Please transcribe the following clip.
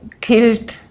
killed